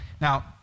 Now